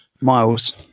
miles